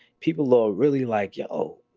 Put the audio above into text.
people are really like, yo,